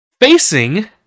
facing